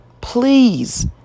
Please